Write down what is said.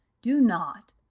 do not,